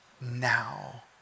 now